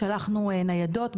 שלחנו ניידות,